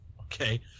Okay